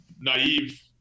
naive